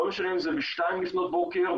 לא משנה אם זה ב-02:00 לפנות בוקר,